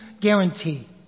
guarantee